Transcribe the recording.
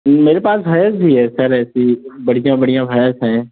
मेरे पास भैंस भी है सर ऐसी बढ़िया बढ़िया भैंस है